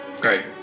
Great